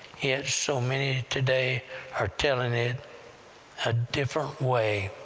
yet so many today are telling it a different way.